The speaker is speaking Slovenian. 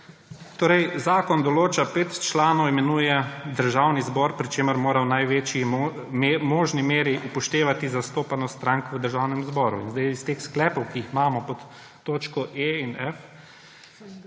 luči. Zakon določa, da pet članov imenuje Državni zbor, pri čemer mora v največji možni meri upoštevati zastopanost strank v Državnem zboru. Iz teh sklepov, ki jih imamo pod f in g,